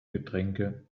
getränke